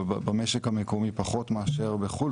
אבל במשק המקומי פחות מאשר בחו"ל,